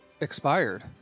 expired